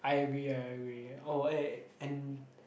I agree I agree oh eh and